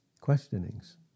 Questionings